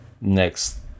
next